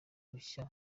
bushya